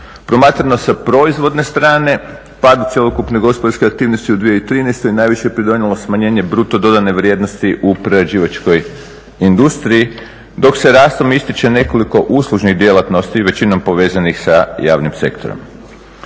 Promatrano sa proizvodne strane, padu cjelokupne gospodarske aktivnosti u 2013. je najviše pridonijelo smanjenje bruto dodane vrijednosti u prerađivačkoj industriji, dok se rastom ističe nekoliko uslužnih djelatnosti, većinom povezanih sa javnim sektorom.